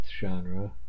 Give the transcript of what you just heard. genre